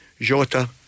Jota